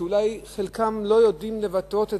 ואולי חלקן לא יודעות לבטא את זה,